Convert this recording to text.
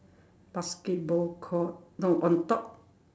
basketball ball court no on top